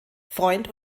freund